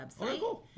website